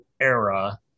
era